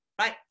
right